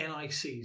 NICs